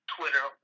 Twitter